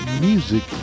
music